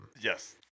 Yes